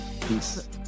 Peace